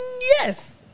Yes